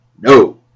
No